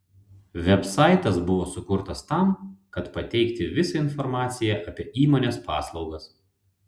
vebsaitas buvo sukurtas tam kad pateikti visą informaciją apie įmonės paslaugas